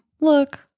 look